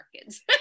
kids